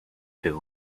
who